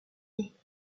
des